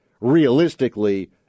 realistically